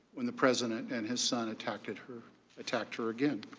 when the president and his son attacked and her attacked her again.